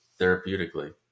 therapeutically